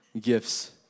gifts